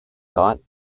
thought